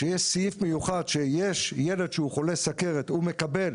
שיש סעיף מיוחד שכשיש ילד חולה סכרת הוא מקבל